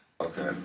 Okay